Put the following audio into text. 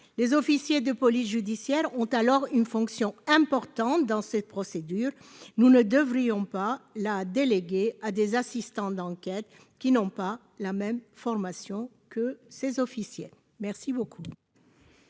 les officiers de police judiciaire ont alors une fonction importante dans cette procédure, nous ne devrions pas la déléguée à des assistants d'enquête qui n'ont pas la même formation que ces officiels merci beaucoup.